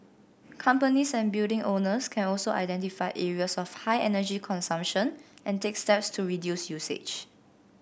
companies and building owners can also identify areas of high energy consumption and take steps to reduce usage